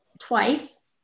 twice